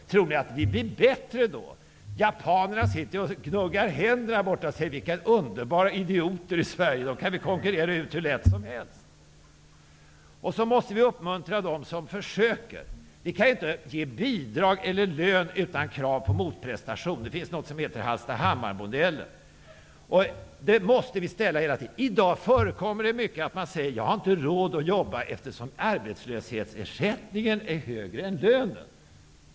Tror ni att vi blir bättre då? Japanerna sitter där borta och gnuggar händerna och säger: Vilka underbara idioter de är i Sverige! Dem kan vi konkurrera ut hur lätt som helst! Vi måste uppmuntra dem som försöker. Vi kan inte ge bidrag eller lön utan krav på motprestation. Det finns någonting som heter Hallstahammarmodellen. Vi måste hela tiden ställa motkrav. I dag förekommer det ofta att folk säger: Jag har inte råd att jobba, eftersom arbetslöshetsersättningen är högre än lönen.